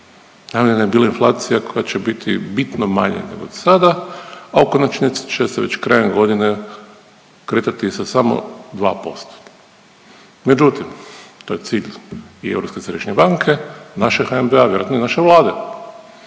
najavljena je bila inflacija koja će biti bitno manja nego sada, a u konačnici će se već krajem godine kretati sa samo 2%. Međutim, to je cilj i Europske središnje banke, našeg